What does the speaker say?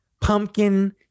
pumpkin